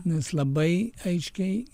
nes labai aiškiai